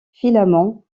filaments